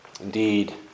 Indeed